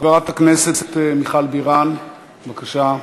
חברת הכנסת מיכל בירן, בבקשה.